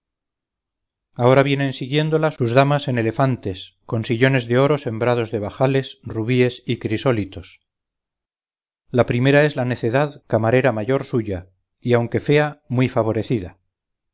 ahora vienen siguiéndola sus damas en elefantes con sillones de oro sembrados de balajes rubíes y crisólitos la primera es la necedad camarera mayor suya y aunque fea muy favorecida